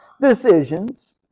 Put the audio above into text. decisions